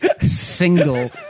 single